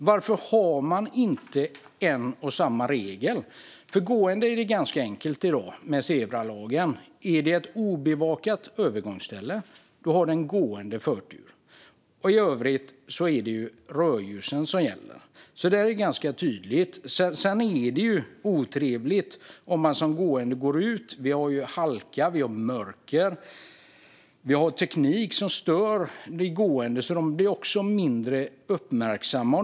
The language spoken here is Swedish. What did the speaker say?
Varför har man inte en och samma regel? För gående är det ganska enkelt i dag i och med zebralagen. Är det ett obevakat övergångsställe är det den gående som har förtur. I övrigt är det rödljusen som gäller. Där är det alltså ganska tydligt. Sedan är det otrevligt om man som gående går rakt ut. Vi har halka och mörker, och så har vi teknik som stör de gående, som blir mindre uppmärksamma.